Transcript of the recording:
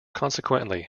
consequently